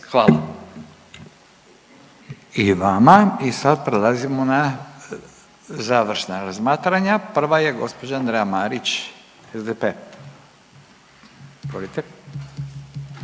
I vama i sad prelazimo na završna razmatranja, prva je gospođa Andreja Marić, SDP. Izvolite.